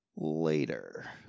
Later